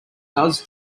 does